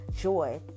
joy